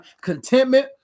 contentment